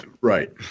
Right